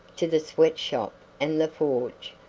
to the sweat-shop and the forge,